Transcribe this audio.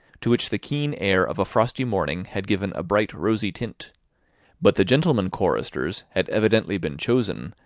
to which the keen air of a frosty morning had given a bright rosy tint but the gentlemen choristers had evidently been chosen,